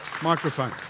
Microphone